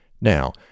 Now